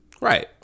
Right